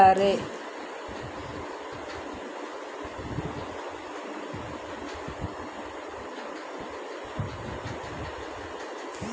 ಗಿಡಗಳು ಮೊಳಕೆ ಬಂದ ಮೇಲೆ ಎಷ್ಟು ದಿನಗಳು ಬಿಟ್ಟು ರಸಗೊಬ್ಬರ ಹಾಕುತ್ತಾರೆ?